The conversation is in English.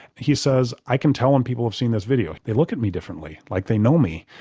he says i can tell when people have seen this video they look at me differently, like they know me.